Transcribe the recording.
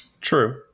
true